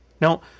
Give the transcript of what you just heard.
Now